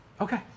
Okay